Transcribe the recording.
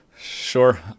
Sure